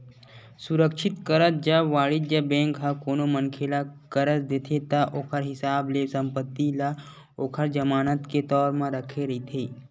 सुरक्छित करज, जब वाणिज्य बेंक ह कोनो मनखे ल करज देथे ता ओखर हिसाब ले संपत्ति ल ओखर जमानत के तौर म रखे रहिथे